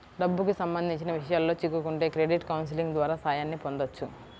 డబ్బుకి సంబంధించిన విషయాల్లో చిక్కుకుంటే క్రెడిట్ కౌన్సిలింగ్ ద్వారా సాయాన్ని పొందొచ్చు